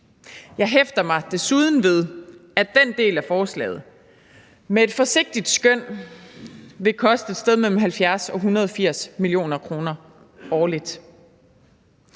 Jeg hæfter mig desuden ved, at den del af forslaget med et forsigtigt skøn vil koste et sted mellem 70 og 180 mio. kr. årligt.